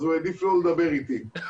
אז הוא העדיף לא לדבר איתי.